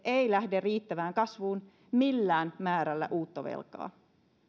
ei lähde riittävään kasvuun millään määrällä uutta velkaa